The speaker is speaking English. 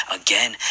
again